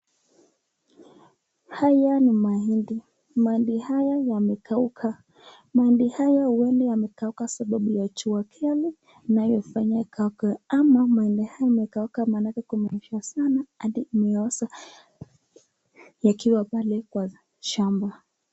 Haya ni mahindi .Mahindi haya yamekauka. Mahindi haya huenda yamekauka sababu ya jua kali inayofanya ikauke ama mahindi haya yamekauka maanake kumenyesha sana hadi kimeoza yakiwa pale kwa shamba .